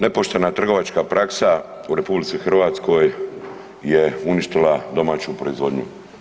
Nepoštena trgovačka praksa u RH je uništila domaću proizvodnju.